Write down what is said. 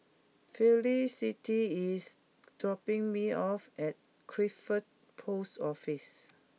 Felicity is dropping me off at Crawford Post Office